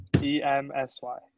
E-M-S-Y